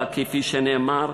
כפי שנאמר,